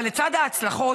אבל לצד ההצלחות,